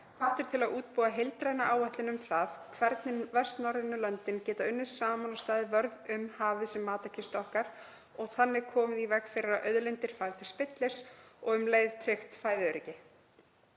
hvattir til að útbúa heildræna áætlun um það hvernig vestnorrænu löndin geta unnið saman og staðið vörð um hafið sem matarkistu okkar og þannig komið í veg fyrir að auðlindir fari til spillis og um leið tryggt fæðuöryggi.